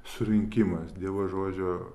surinkimas dievo žodžio